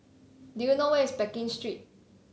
do you know where is Pekin Street